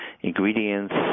ingredients